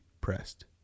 pressed